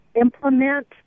implement